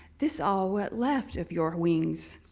this all what left of your wings.